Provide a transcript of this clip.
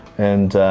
and